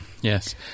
Yes